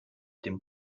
dem